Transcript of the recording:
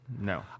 No